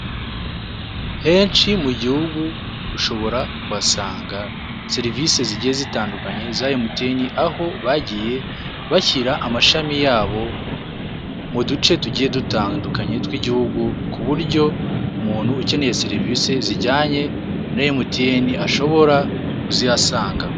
Henshi mu gihugu, ushobora kuhasanga serivise zigiye zitandukanye za Emutiyeni aho bagiye bashyira amashami yabo mu duce tugiye dutandukanye tw'igihugu ku buryo umuntu ukeneye serivise zijyanye na Emutiyeni ashobora kuzihasanga.